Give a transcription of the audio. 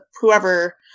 whoever